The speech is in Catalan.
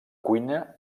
cuina